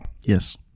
Yes